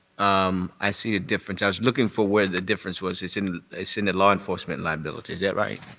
um i see a difference. i was looking for where the difference was. it's in it's in the law enforcement liability, is that right?